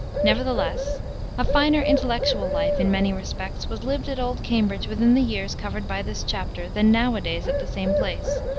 nevertheless a finer intellectual life, in many respects, was lived at old cambridge within the years covered by this chapter than nowadays at the same place,